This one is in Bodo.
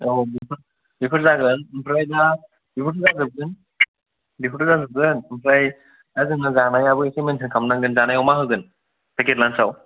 आव बेफोर जागोन आमफ्राय दा बेखौथ' जाजोबगान बेखौथ' जाजोबगोन आमफ्राय जोंहा जानायावबो एसे मेन्टेन खालामनांगोन जानायाव मा होगोन पेकेट लान्च आव